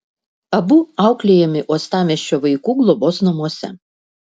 abu auklėjami uostamiesčio vaikų globos namuose